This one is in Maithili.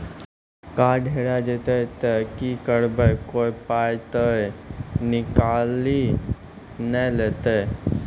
कार्ड हेरा जइतै तऽ की करवै, कोय पाय तऽ निकालि नै लेतै?